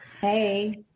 Hey